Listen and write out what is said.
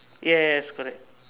yes correct